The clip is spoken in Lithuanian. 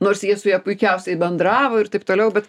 nors jie su ja puikiausiai bendravo ir taip toliau bet